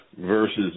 versus